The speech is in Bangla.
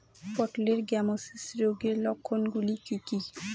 পটলের গ্যামোসিস রোগের লক্ষণগুলি কী কী?